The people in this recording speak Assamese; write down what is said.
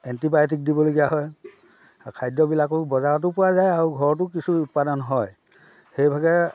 এণ্টিবায়'টিক দিবলগীয়া হয় আৰু খাদ্যবিলাকো বজাৰতো পোৱা যায় আৰু ঘৰতো কিছু উৎপাদন হয় সেইভাগে